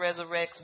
resurrects